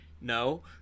no